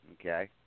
Okay